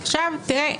עכשיו תראה,